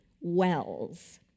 wells